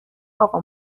اقا